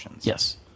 Yes